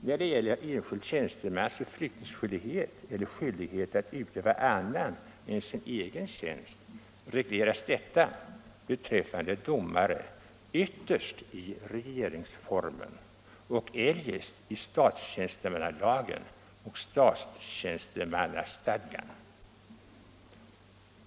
När det gäller enskild tjänstemans förflyttningsskyldighet eller skyldighet att utöva annan än sin egen tjänst regleras detta beträffande domare ytterst i regeringsformen och eljest i statstjänstemannalagen och statstjänstemannastadgan.